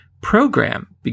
program